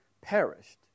perished